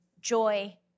joy